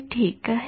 ते ठीक आहे